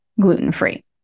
gluten-free